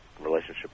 relationship